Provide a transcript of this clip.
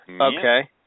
Okay